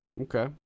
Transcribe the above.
Okay